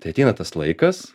tai ateina tas laikas